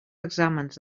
exàmens